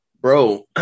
bro